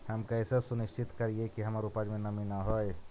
हम कैसे सुनिश्चित करिअई कि हमर उपज में नमी न होय?